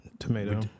tomato